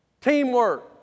Teamwork